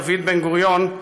דוד בן-גוריון,